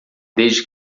desde